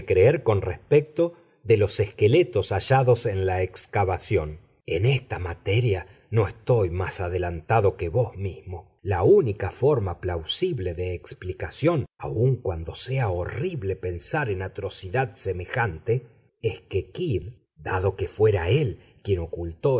con respecto de los esqueletos hallados en la excavación en esta materia no estoy más adelantado que vos mismo la única forma plausible de explicación aun cuando sea horrible pensar en atrocidad semejante es que kidd dado que fuera él quien ocultó